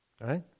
Right